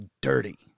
dirty